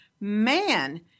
man